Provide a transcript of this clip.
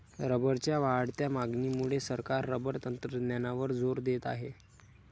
रबरच्या वाढत्या मागणीमुळे सरकार रबर तंत्रज्ञानावर जोर देत आहे